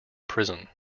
prison